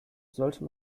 sollte